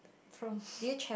from